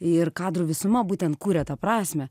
ir kadrų visuma būtent kuria tą prasmę